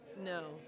No